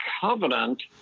covenant